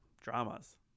dramas